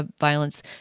violence